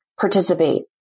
participate